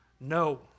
No